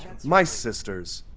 my sisters,